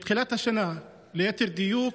בתחילת השנה, ליתר דיוק,